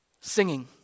Singing